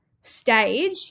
stage